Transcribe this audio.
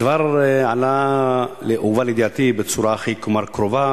הדבר הובא לידיעתי בצורה הכי קרובה,